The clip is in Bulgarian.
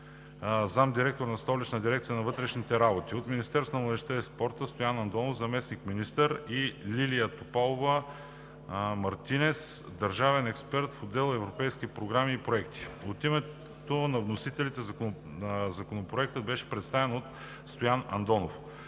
заместник-директор на Столична дирекция на вътрешните работи, от Министерството на младежта и спорта: Стоян Андонов – заместник-министър, и Лилия Топалова-Мартинез – държавен експерт в отдел „Европейски програми и проекти“. От името на вносителите Законопроектът беше представен от Стоян Андонов.